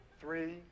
three